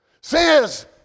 says